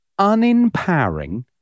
unempowering